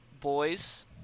boys